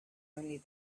only